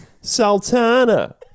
Sultana